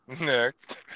next